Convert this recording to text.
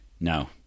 No